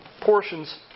Portions